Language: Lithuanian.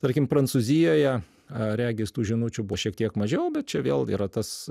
tarkim prancūzijoje ar regis tų žinučių buvo šiek tiek mažiau bet čia vėl yra tas